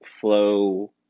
flow